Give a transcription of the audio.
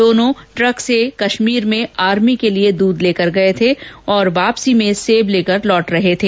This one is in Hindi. दोनों ट्रक से कश्मीर में आर्मी के लिये दूध लेकर गये और वापसी में सेब लेकर लौट रहे थे